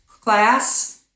class